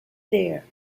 there